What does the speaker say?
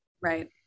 Right